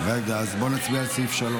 אנחנו עוברים להצביע על סעיפים 3